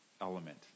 element